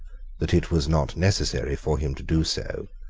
that it was not necessary for him to do so,